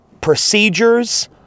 procedures